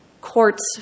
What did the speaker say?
court's